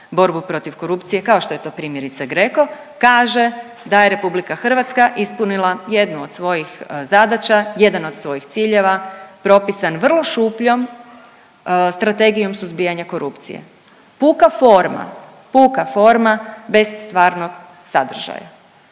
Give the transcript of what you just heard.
borbu protiv korupcije kao što je to primjerice GRECO kaže da je RH ispunila jednu od svojih zadaća, jedan od svojih ciljeva propisan vrlo šupljom Strategijom suzbijanja korupcije, puka forma, puka forma bez stvarnog sadržaja.